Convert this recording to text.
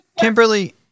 Kimberly